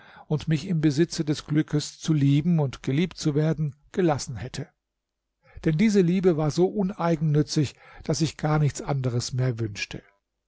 und mich im besitze des glückes zu lieben und geliebt zu werden gelassen hätte denn diese liebe war so uneigennützig daß ich gar nichts anderes mehr wünschte